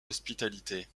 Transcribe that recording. hospitalité